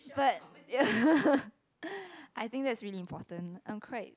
but I think that's really important I'm quite